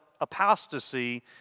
apostasy